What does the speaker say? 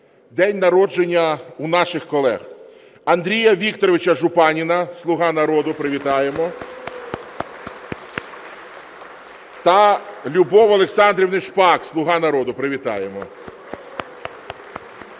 день народження в наших колег: Андрія Вікторовича Жупанина, "Слуга народу", привітаємо. (Оплески) Та Любов Олександрівни Шпак, "Слуга народу", привітаємо